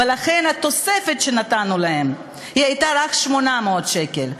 ולכן התוספת שנתנו להם הייתה רק 800 שקל.